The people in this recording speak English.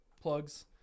plugs